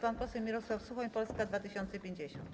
Pan poseł Mirosław Suchoń, Polska 2050.